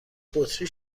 بطری